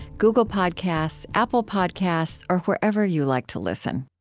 google podcasts, apple podcasts, or wherever you like to listen